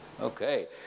Okay